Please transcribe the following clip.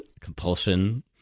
compulsion